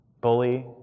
bully